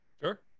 Sure